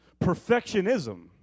perfectionism